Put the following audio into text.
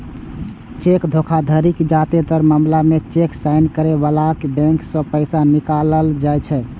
cheque धोखाधड़ीक जादेतर मामला मे चेक साइन करै बलाक बैंक सं पैसा निकालल जाइ छै